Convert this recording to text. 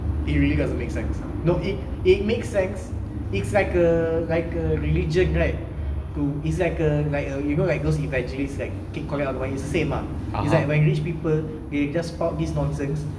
it really doesn't make sense no it it makes sense it's like a like a religion right to is like a like a you know like those evangelist like keep collect all the money it's the same ah it's like when rich people they just spout all this nonsense